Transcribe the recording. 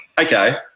okay